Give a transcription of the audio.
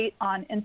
on